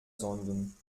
sonden